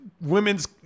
women's